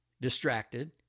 distracted